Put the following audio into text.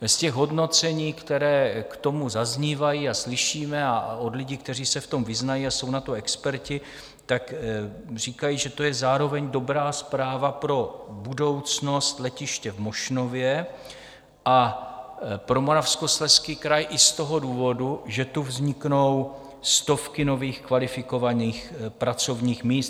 Z těch hodnocení, která k tomu zaznívají a která slyšíme od lidí, kteří se v tom vyznají a jsou na to experti, tak říkají, že to je zároveň dobrá zpráva pro budoucnost letiště v Mošnově a pro Moravskoslezský kraj i z toho důvodu, že tu vzniknou stovky nových kvalifikovaných pracovních míst.